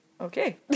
Okay